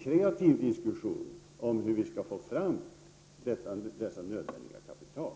kreativ diskussion om hur vi skall få fram detta nödvändiga kapital.